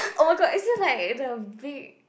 oh-my-god it's still like it's a big